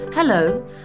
Hello